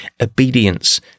Obedience